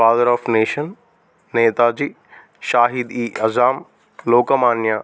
father of nation Netaji Shahid e Azam Lokmanya